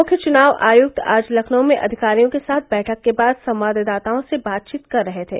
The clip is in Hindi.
मुख्य चुनाव आयुक्त आज लखनऊ में अधिकारियों के साथ बैठक के बाद संवाददाताओं से बातचीत कर रहे थे